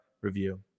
review